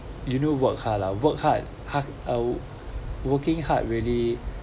you know work hard ah work hard hard uh working hard really